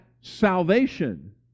salvation